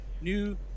new